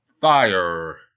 Fire